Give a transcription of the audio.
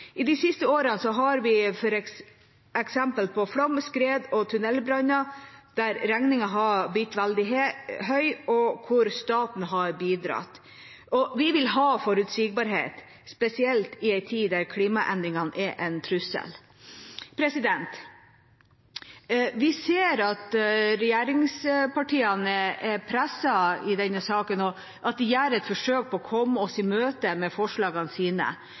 I de siste årene har vi eksempel på flom, skred og tunnelbranner der regningen har blitt veldig høy, og der staten har bidratt. Vi vil ha forutsigbarhet, spesielt i en tid da klimaendringene er en trussel. Vi ser at regjeringspartiene er presset i denne saken, og at de gjør et forsøk på å komme oss i møte med forslagene sine.